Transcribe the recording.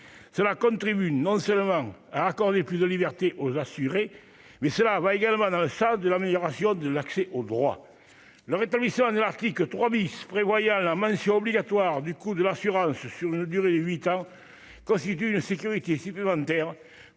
cela contribue non seulement à accorder plus de liberté aux assurés, mais cela va également dans le salle de l'amélioration de l'accès au droit, le rétablissement de l'article 3 bis prévoyant la mention obligatoire du coût de l'assurance, sur une durée de 8 ans constitue une sécurité supplémentaire